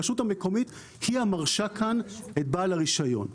הרשות המקומית היא המרשה כאן את בעל הרישיון.